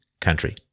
country